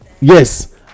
Yes